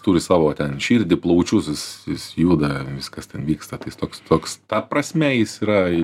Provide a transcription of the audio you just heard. turi savo ten širdį plaučius jis jis juda viskas ten vyksta tai jis toks toks ta prasme jis yra